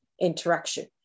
interaction